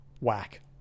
whack